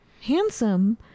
Handsome